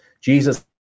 Jesus